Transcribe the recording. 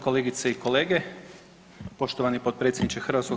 kolegice i kolege, poštovani potpredsjedniče HS.